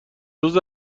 روز